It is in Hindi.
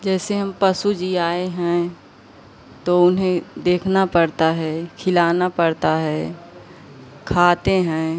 जैसे हम पशु जियाए हैं तो उन्हें देखना पड़ता है खिलाना पड़ता है खाते हैं